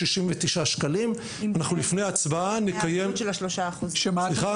(הישיבה נפסקה בשעה